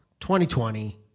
2020